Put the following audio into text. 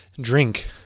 drink